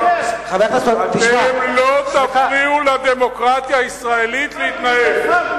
אתם לא תפריעו לדמוקרטיה הישראלית להתנהל.